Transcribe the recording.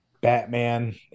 Batman